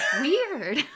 weird